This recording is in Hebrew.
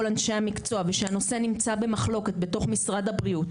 אנשי המקצוע ושהנושא נמצא במחלקות בתוך משרד הבריאות,